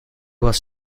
was